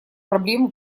проблемы